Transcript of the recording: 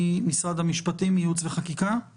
מצד הייעוץ המשפטי של הוועדה.